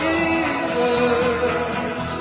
Jesus